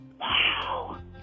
Wow